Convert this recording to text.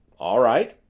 all right.